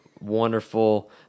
wonderful